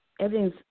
everything's